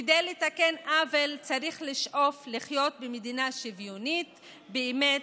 כדי לתקן עוול צריך לשאוף לחיות במדינה שוויונית באמת,